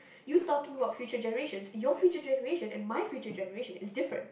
you talking about future generations your future generation and my future generation is different